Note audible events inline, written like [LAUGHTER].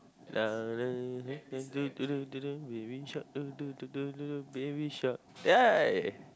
[NOISE] baby shark [NOISE] baby shark [NOISE] die